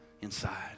inside